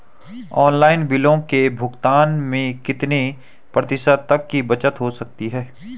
Online बिलों के भुगतान में कितने प्रतिशत तक की बचत हो सकती है?